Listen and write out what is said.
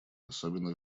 особенно